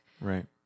Right